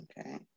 okay